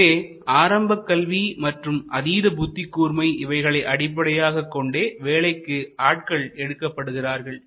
எனவே ஆரம்பக்கல்வி மற்றும் அதீதபுத்திக்கூர்மை இவைகளை அடிப்படையாகக் கொண்டே வேலைக்கு ஆட்கள் எடுக்க படுகிறார்கள்